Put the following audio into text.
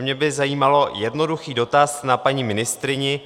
Mě by zajímal jednoduchý dotaz na paní ministryni.